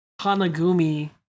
Hanagumi